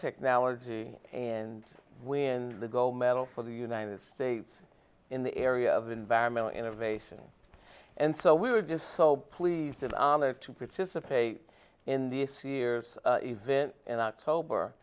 nanotechnology and win the gold medal for the united states in the area of environmental innovation and so we were just so pleased and honored to participate in this year's event in october